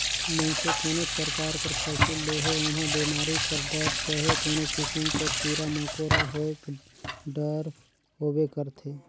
मइनसे कोनोच परकार कर फसिल लेहे ओम्हां बेमारी कर डर चहे कोनो किसिम कर कीरा मकोरा होएक डर होबे करथे